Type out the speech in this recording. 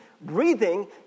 breathing